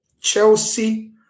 Chelsea